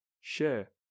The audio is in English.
share